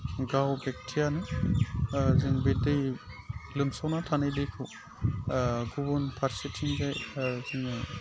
गाव बेक्तियानो जों बे दै लोमसावना थानाय दैखौ गुबुन फारसेथिंनिफ्राय जोङो